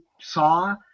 saw –